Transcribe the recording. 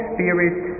Spirit